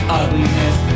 ugliness